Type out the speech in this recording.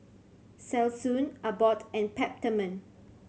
Selsun Abbott and Peptamen